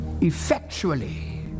Effectually